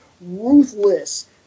ruthless